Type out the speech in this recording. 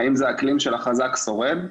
האם זה האקלים של החזק שורד,